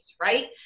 right